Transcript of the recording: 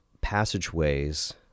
passageways